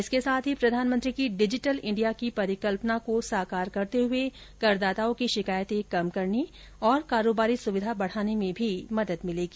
इसके साथ ही प्रधानमंत्री की डिजिटल इंडिया की परिकल्पना को साकार करते हुए करदाताओं की शिकायतें कम करने और कारोबारी सुविधा बढ़ाने में भी मदद मिलेगी